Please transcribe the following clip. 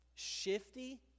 shifty